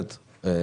נכון, אז אין בעיה.